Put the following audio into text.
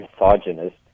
misogynist